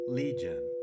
legion